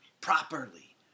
properly